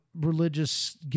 religious